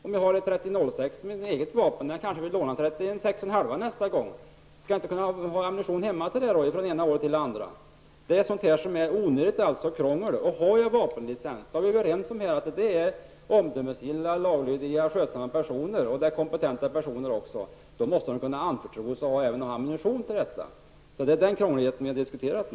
Om jag till mitt eget vapen har ammunition av en kaliber men en annan gång vill låna ett annat vapen, skall jag då inte från det ena året till det andra kunna ha ammunition hemma som passar till det andra vapnet? Det här är alltså onödigt krångel. Vi är ju överens om att de som har vapenlicens är omdömesgilla, laglydiga, skötsamma och även kompetenta personer. Då måste väl dessa personer kunna anförtros att också köpa ammunition.